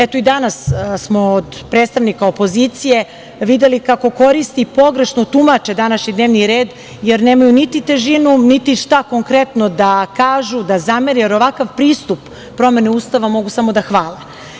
Eto i danas smo od predstavnika opozicije videli kako koriste i pogrešno tumače današnji dnevni red, jer nemaju niti težinu, niti šta konkretno da kažu, da zamere, jer ovakav pristup promene Ustava mogu samo da hvale.